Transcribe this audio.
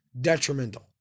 detrimental